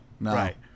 Right